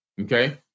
Okay